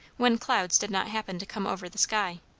when clouds did not happen to come over the sky.